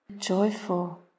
joyful